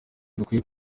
dukwiye